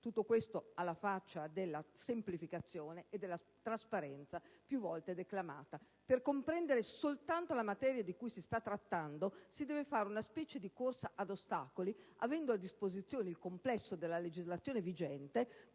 tutto questo alla faccia della semplificazione e della trasparenza più volte declamate. Soltanto per comprendere la materia di cui si sta trattando, si deve fare una specie di corsa ad ostacoli, avendo a disposizione il complesso della legislazione vigente,